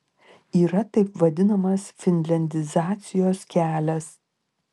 yra taip vadinamas finliandizacijos kelias